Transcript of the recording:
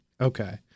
Okay